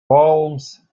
palms